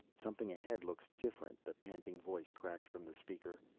something ahead looks different, the panting voice cracked from the speaker.